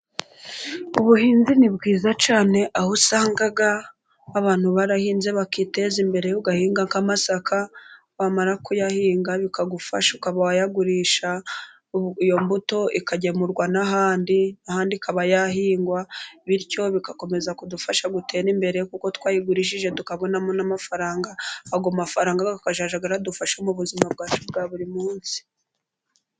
Ubuhinzi ni bwiza cyane aho usanga abantu barahinze bakiteza imbere, ugahinga nk'amasaka wamara kuyahinga bikagufasha ukaba wayagurisha, iyo mbuto ikagemurwa n'ahandi, ahandi ikaba yahingwa bityo bigakomeza kudufasha gutera imbere kuko twayigurishije tukabonamo n'amafaranga ayo amafaranga akazajya aradufasha mu buzima bwacu bwa buri munsi.